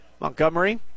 Montgomery